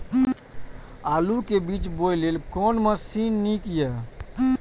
आलु के बीज बोय लेल कोन मशीन नीक ईय?